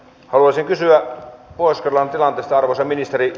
haluaisin kysyä pohjois karjalan tilanteesta arvoisa ministeri